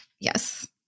yes